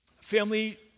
family